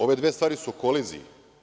Ove dve stvari su u koliziji.